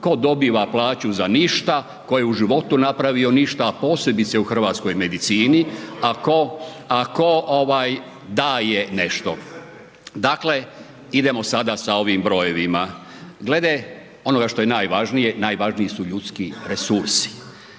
tko dobiva plaću za ništa, tko je u životu napravio ništa, a posebice u hrvatskoj medicini, a tko ovaj daje nešto. Dakle, idemo sada sa ovim brojevima. Gleda onoga što je najvažnije, najvažniji su ljudski resursi.